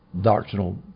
doctrinal